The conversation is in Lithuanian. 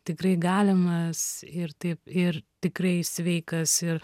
tikrai galimas ir taip ir tikrai sveikas ir